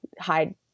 hide